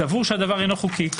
סבור שהדבר אינו חוקי.